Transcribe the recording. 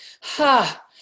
ha